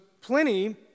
Pliny